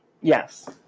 Yes